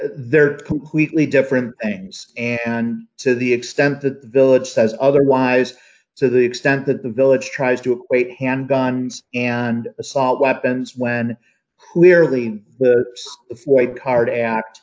they're completely different things and to the extent that the village says otherwise so the extent that the village tries to equate handguns and assault weapons when clearly the white card act